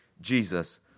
Jesus